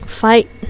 fight